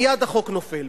מייד החוק נופל.